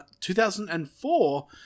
2004